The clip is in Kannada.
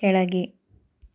ಕೆಳಗೆ